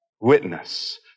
witness